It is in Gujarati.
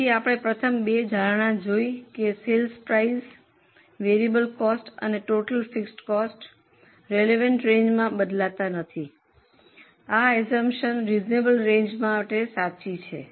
તેથી આપણે પ્રથમ બે ધારણા જોયા છે કે સેલ્સ પ્રાઇસ વેરિયેબલ કોસ્ટ અને ટોટલ ફિક્સડ કોસ્ટ રેલવન્ટ રેન્જમાં બદલાતા નથી આ આઅસ્સુમ્પ્શન્સ રીઝનેબલ રેન્જમાં માટે સાચી છે